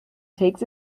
takes